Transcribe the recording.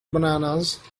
bananas